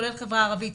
כולל החברה הערבית,